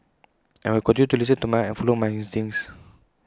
and I will continue to listen to my heart and follow my instincts